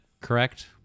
correct